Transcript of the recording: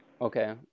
Okay